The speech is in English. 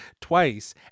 twice